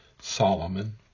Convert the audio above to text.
Solomon